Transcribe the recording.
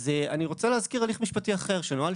לכן אני רוצה להזכיר הליך משפטי אחר שנוהל